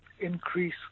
increase